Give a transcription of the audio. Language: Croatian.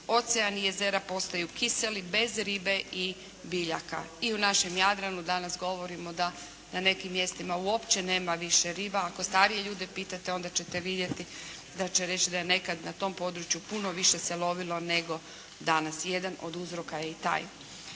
Oceani i jezera postaju kiseli, bez ribe i biljaka. I u našem Jadranu danas govorimo da na nekim mjestima uopće nema više riba. Ako starije ljude pitate onda ćete vidjeti, da će reći da je nekad na tom području puno više se lovilo nego danas. Jedan od uzroka je i taj.